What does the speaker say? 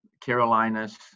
carolinas